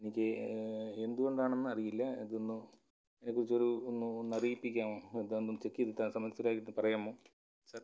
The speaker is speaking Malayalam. എനിക്ക് എന്തു കൊണ്ടാണെന്ന് അറിയില്ല ഇതൊന്നു ഇതിനെക്കുറിച്ചൊരു ഒന്ന് അറിയിപ്പിക്കാമോ അതൊന്നു ചെക്ക് ചെയ്തിട്ട് അത് സംബന്ധിച്ച് ഒരു ഇതു പറയാമോ സർ